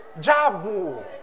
Jabu